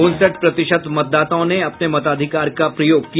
उनसठ प्रतिशत मतदाताओं ने अपने मताधिकार का प्रयोग किया